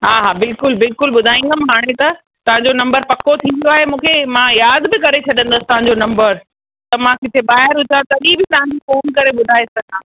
हा हा बिल्कुलु बिल्कुलु ॿुधाईंदमि हाणे त तव्हांजो नम्बर पको थी वियो आहे मूंखे मां यादि बि करे छॾींदसि तव्हांजो नम्बर त मां किथे ॿाहिरि हुजां तॾहिं बी तव्हांजी फ़ोन करे ॿुधाए छॾां